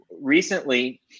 recently